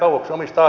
on ikävä